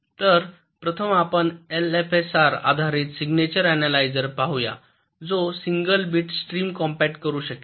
तर प्रथम आपण एलएफएसआर आधारित सिग्नेचर अन्यालयझर पाहू या जो सिंगल बिट स्ट्रीम कॉम्पॅक्ट करू शकेल